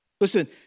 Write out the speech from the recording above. Listen